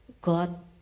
God